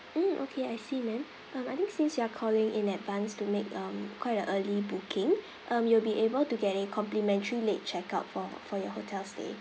mm okay I see ma'am um I think since you are calling in advance to make um quite a early booking um you will be able to get a complimentary late check out for for your hotel stay